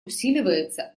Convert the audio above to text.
усиливается